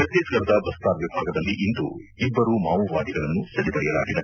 ಛತ್ತೀಸ್ಗಢದ ಬಸ್ತಾರ್ ವಿಭಾಗದಲ್ಲಿಂದು ಇಬ್ಬರು ಮಾವೋವಾದಿಗಳನ್ನು ಸದೆ ಬಡಿಯಲಾಗಿದೆ